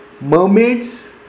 mermaids